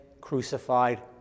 crucified